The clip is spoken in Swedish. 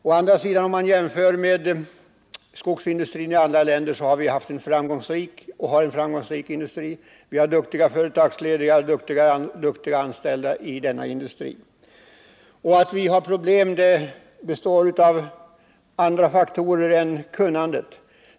Men om man jämför vår skogsindustri med skogsindustrin i andra länder finner man att vi har haft och har en framgångsrik skogsindustri med duktiga företagsledare och duktiga anställ da. Att vår skogsindustri har problem beror på andra faktorer än kunnandet.